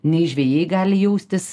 nei žvejai gali jaustis